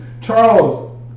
Charles